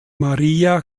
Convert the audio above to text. maria